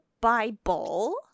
Bible